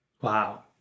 Wow